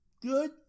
Good